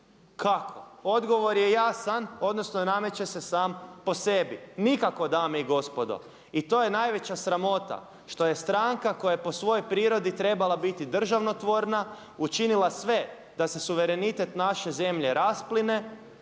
Kako? Odgovor je jasan, odnosno nameće se sam po sebi. Nikako dame i gospodo. I to je najveća sramota što je stranka koja je po svojoj prirodi trebala biti državno tvorna učinila sve da se suverenitet naše zemlje raspline,